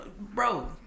bro